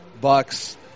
Bucks